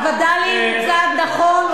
הווד"לים הם צעד נכון,